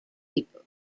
people